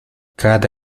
cada